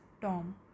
tom